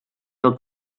del